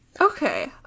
Okay